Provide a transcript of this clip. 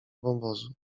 wąwozu